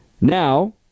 Now